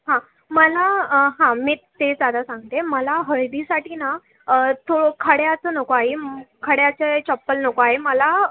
हां मला हां मी तेच आता सांगते मला हळदीसाठी ना थो खड्याचं नको आहे खड्याचं चप्पल नको आहे मला